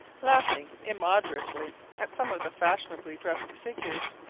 laughing immoderately at some of the fashionably dressed figures.